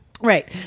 right